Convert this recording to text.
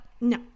No